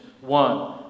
one